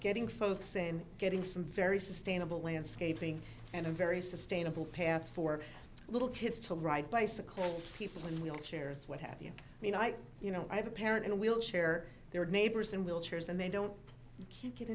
getting folks and getting some very sustainable landscaping and a very sustainable path for little kids to ride bicycles people in wheelchairs what have you mean i you know i have a parent in a wheelchair there are neighbors in wheelchairs and they don't